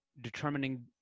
determining